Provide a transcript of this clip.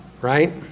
right